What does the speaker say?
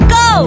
go